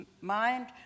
mind